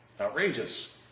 outrageous